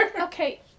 Okay